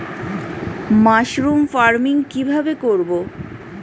Mushroom farming কি ভাবে করব?